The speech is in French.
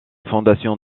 fondation